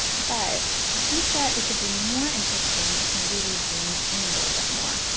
but i think that it could be more interesting if maybe we zoomed in a little bit more.